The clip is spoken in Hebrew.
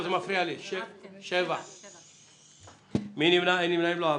הצבעה בעד,